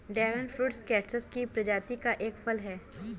dragon fruit cactus की प्रजाति का एक फल है